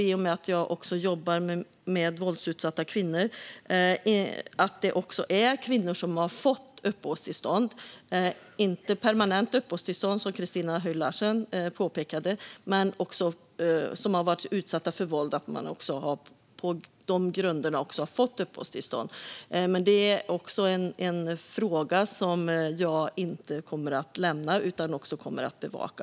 I och med att jag också jobbar med våldsutsatta kvinnor vet jag att det också finns kvinnor som har fått uppehållstillstånd - dock inte permanent uppehållstillstånd, som Christina Höj Larsen påpekade - på grund av att de varit utsatta för våld. Det är en fråga som jag inte kommer att lämna utan kommer att fortsätta att bevaka.